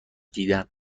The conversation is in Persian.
دیدن